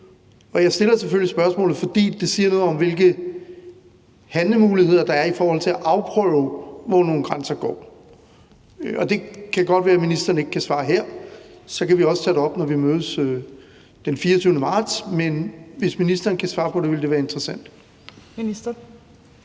selvfølgelig spørgsmålet, fordi det siger noget om, hvilke handlemuligheder der er i forhold til at afprøve, hvor nogle grænser går. Det kan godt være, ministeren ikke kan svare her, men så kan vi også tage det op, når vi mødes den 24. marts. Men hvis ministeren kan svare på det, ville det være interessant.